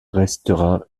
restera